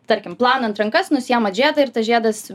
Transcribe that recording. tarkim plaunant rankas nusiimat žiedą ir tas žiedas